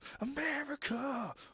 America